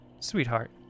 Sweetheart